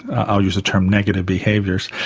i'll use the term negative behaviours